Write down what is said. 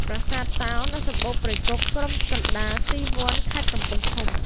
ប្រាសាទតោនៅសម្បូរព្រៃគុក ក្រុមកណ្ដាល C1 ខេត្តកំពង់ធំ។